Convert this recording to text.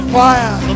fire